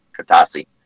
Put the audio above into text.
Katasi